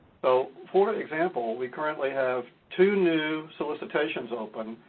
so, for an example, we currently have two new solicitations open,